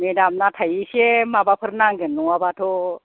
madam नाथाय एसे माबाफोर नांगोन नङाबाथ'